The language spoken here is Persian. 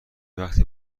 وقتی